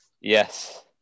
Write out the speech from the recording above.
yes